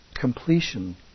completion